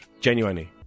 Genuinely